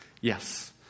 yes